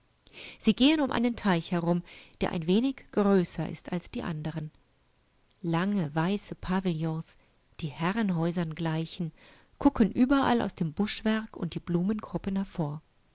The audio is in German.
sie gehen um einen teich herum der ein wenig größer ist alsdieanderen lange weißepavillons dieherrenhäuserngleichen gucken überall aus dem buschwerk und den blumengruppen hervor